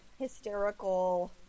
hysterical